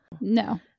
No